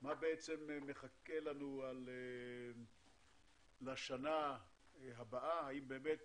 מה מחכה לנו לשנה הבאה - האם באמת